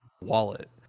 wallet